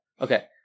okay